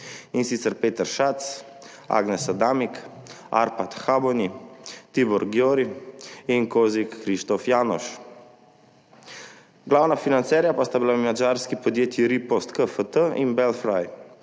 in sicer Peter Schatz, Agnes Adamik, Arpad Habony, Tibor Györi in Janos Kristof Kosik. Glavna financerja pa sta bili madžarski podjetji Ripost Kft. in Belfry.